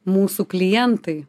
mūsų klientai